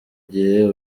gihe